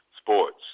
sports